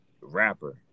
rapper